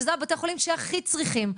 שאלה בתי החולים שהכי צריכים.